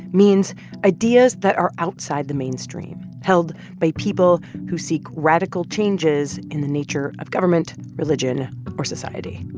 means ideas that are outside the mainstream held by people who seek radical changes in the nature of government, religion or society